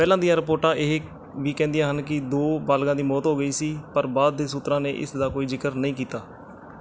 ਪਹਿਲਾਂ ਦੀਆਂ ਰਿਪੋਰਟਾਂ ਇਹ ਵੀ ਕਹਿੰਦੀਆਂ ਹਨ ਕਿ ਦੋ ਬਾਲਗਾਂ ਦੀ ਮੌਤ ਹੋ ਗਈ ਸੀ ਪਰ ਬਾਅਦ ਦੇ ਸੂਤਰਾਂ ਨੇ ਇਸ ਦਾ ਕੋਈ ਜ਼ਿਕਰ ਨਹੀਂ ਕੀਤਾ